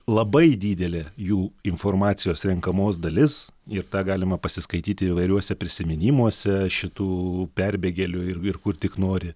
labai didelė jų informacijos renkamos dalis ir tą galima pasiskaityti įvairiuose prisiminimuose šitų perbėgėlių ir ir kur tik nori